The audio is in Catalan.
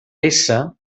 vessa